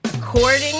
According